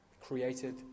Created